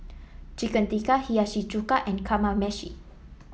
Chicken Tikka Hiyashi Chuka and Kamameshi